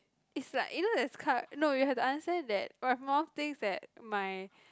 it's like you know that's no you have to answer that we have more thinks that my